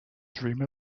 dream